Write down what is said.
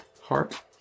heart